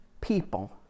people